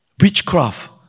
Witchcraft